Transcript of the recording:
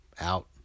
Out